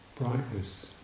Brightness